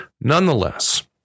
Nonetheless